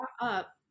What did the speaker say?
up